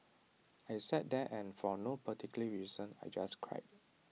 I sat there and for no particular reason I just cried